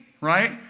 right